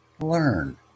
Learn